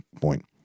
point